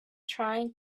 trying